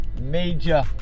major